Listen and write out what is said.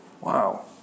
wow